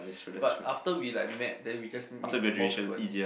but after we like met then we just meet more people